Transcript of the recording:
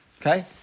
Okay